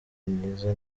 myiza